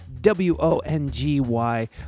W-O-N-G-Y